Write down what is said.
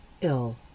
ill